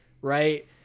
right